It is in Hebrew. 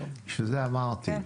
ולכן אמרתי.